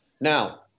Now